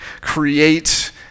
create